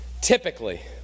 Typically